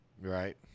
right